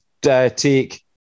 take